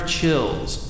Chills